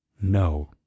No